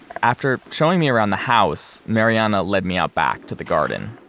after showing me around the house, mariana led me out back to the garden.